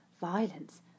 violence